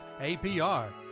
APR